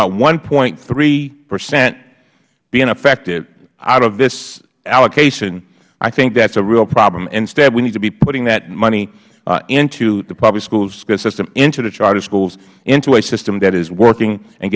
about one point three percent being affected out of this allocation i think that is a real problem instead we need to be putting that money into the public school system into the charter schools into a system that is working and